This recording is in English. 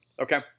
Okay